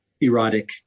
erotic